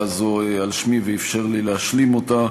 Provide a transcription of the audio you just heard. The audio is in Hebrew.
הזו על שמי ואפשר לי להשלים אותה,